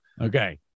Okay